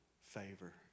favor